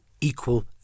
equal